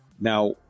Now